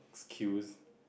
queues